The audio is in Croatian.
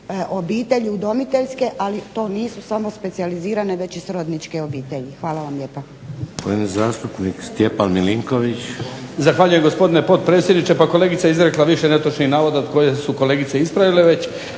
obitelji udomiteljske, ali to nisu samo specijalizirane već i srodničke obitelji. Hvala vam lijepa.